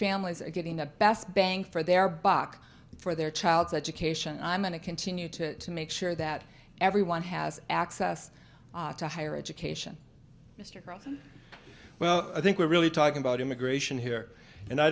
families are getting the best bang for their buck for their child's education i'm going to continue to make sure that everyone has access to higher education mister well i think we're really talking about immigration here and i